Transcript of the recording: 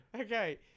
Okay